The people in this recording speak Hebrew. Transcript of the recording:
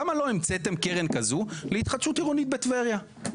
למה לא המצאתם קרן כזו להתחדשות עירונית בטבריה?